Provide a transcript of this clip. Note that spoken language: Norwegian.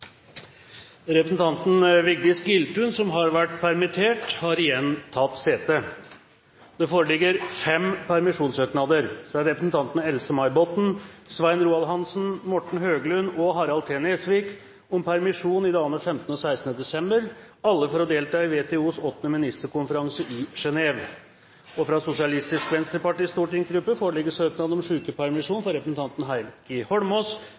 Representanten Vigdis Giltun, som har vært permittert, har igjen tatt sete. Det foreligger fem permisjonssøknader: fra representantene Else-May Botten, Svein Roald Hansen, Morten Høglund og Harald T. Nesvik om permisjon i dagene 15. og 16. desember – alle for å delta i WTOs 8. ministerkonferanse i Genève fra Sosialistisk Venstrepartis stortingsgruppe foreligger søknad om sykepermisjon for representanten Heikki Holmås